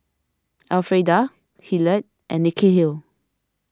Elfrieda Hillard and Nikhil